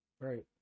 Right